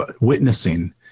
witnessing